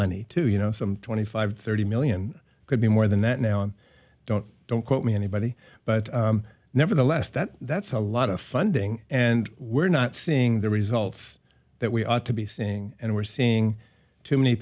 money to you know some twenty five thirty million could be more than that now and don't don't quote me anybody but nevertheless that that's a lot of funding and we're not seeing the results that we ought to be seeing and we're seeing too many